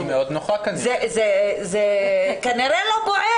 זה לא כנראה לא בוער.